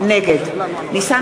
נגד ניסן